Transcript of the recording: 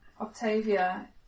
Octavia